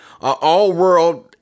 all-world